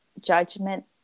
judgment